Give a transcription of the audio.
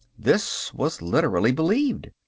this was literally believed.